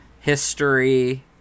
History